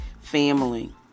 family